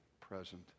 present